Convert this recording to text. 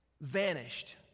vanished